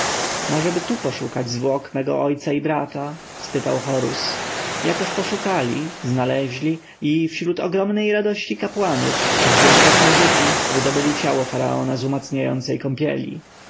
możeby tu poszukać zwłok mego ojca i brata spytał horus jakoż poszukali znaleźli i wśród ogromnej radości kapłanów przy dźwiękach muzyki wydobyli ciało faraona z umacniającej kąpieli